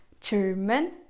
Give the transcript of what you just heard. German